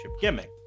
gimmick